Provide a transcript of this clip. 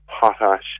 potash